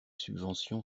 subventions